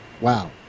Wow